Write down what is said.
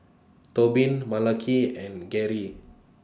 Tobin Malaki and Garey